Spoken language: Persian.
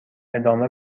ادامه